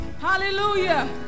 hallelujah